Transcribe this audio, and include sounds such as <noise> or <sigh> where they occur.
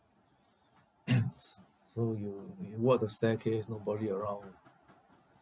<coughs> s~ so you you walk the staircase nobody around ah